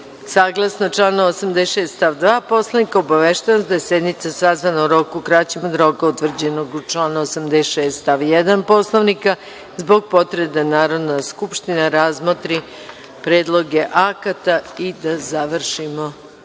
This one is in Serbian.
članu 86. stav 2. Poslovnika, obaveštavam vas da je sednica sazvana u roku kraćem od roka utvrđenog u članu 86. stav 1. Poslovnika, zbog potrebe da Narodna skupština razmotri predloge akata i da završimo